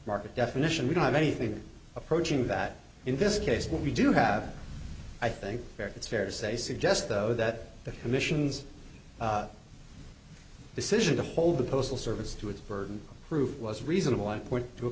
market definition we don't have anything approaching that in this case but we do have i think it's fair to say suggest though that the commission's decision to hold the postal service to its burden of proof was reasonable i point to a